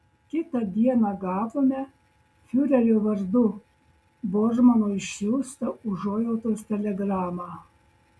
kitą dieną gavome fiurerio vardu bormano išsiųstą užuojautos telegramą